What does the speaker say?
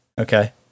Okay